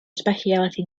specialty